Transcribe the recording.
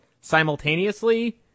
simultaneously